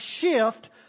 shift